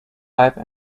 life